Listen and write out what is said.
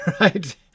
right